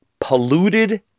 polluted